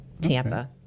Tampa